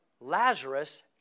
Lazarus